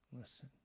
listen